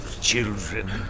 children